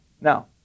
Now